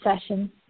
session